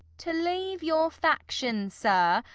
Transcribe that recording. to leave your faction, sir,